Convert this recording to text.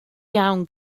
iawn